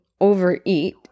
overeat